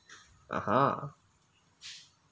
ah ha